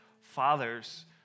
fathers